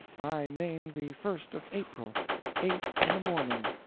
i name the first of april eight in the morning.